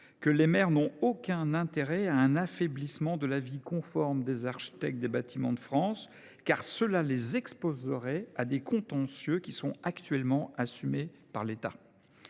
le, les maires n’ont aucun intérêt à un affaiblissement de l’avis conforme des architectes des Bâtiments de France, car cela les exposerait à des contentieux actuellement assumés par l’État.